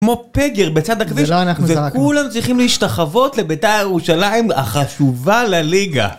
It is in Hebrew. כמו פגר בצד הכביש וכולם צריכים להשתחבות לביתה ירושלים החשובה לליגה